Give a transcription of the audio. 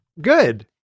good